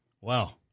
Wow